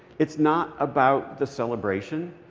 it's not about the celebration.